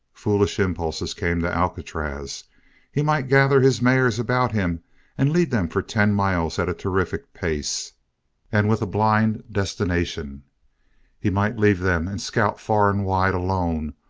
foolish impulses came to alcatraz he might gather his mares about him and lead them for ten miles at a terrific pace and with a blind destination he might leave them and scout far and wide, alone,